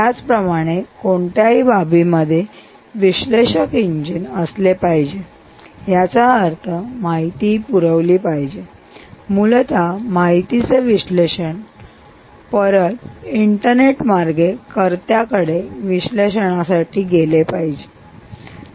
त्याचप्रमाणे कोणत्याही बाबीमध्ये विश्लेषक इंजिन असले पाहिजे याचा अर्थ माहिती ही पुरवली पाहिजे आणि मूलतः माहितीचे विश्लेषण माहितीचे विश्लेषण परत इंटरनेट मार्गे कर्त्याकडे विश्लेषणासाठी परत गेले पाहिजे